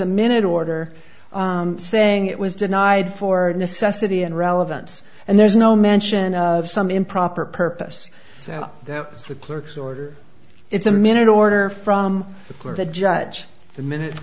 a minute order saying it was denied for necessity and relevance and there's no mention of some improper purpose that the clerk's order it's a minute order from the judge the minute